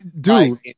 dude